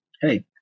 Hey